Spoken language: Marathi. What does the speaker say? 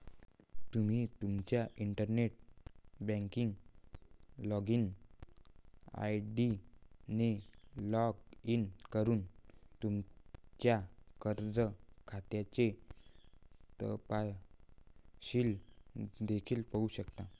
तुम्ही तुमच्या इंटरनेट बँकिंग लॉगिन आय.डी ने लॉग इन करून तुमच्या कर्ज खात्याचे तपशील देखील पाहू शकता